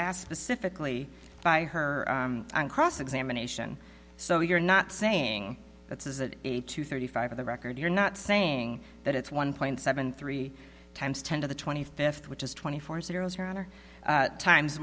asked specifically by her on cross examination so you're not saying that's is an eight to thirty five of the record you're not saying that it's one point seven three times ten to the twenty fifth which is twenty four